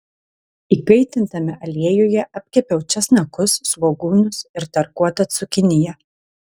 įkaitintame aliejuje apkepiau česnakus svogūnus ir tarkuotą cukiniją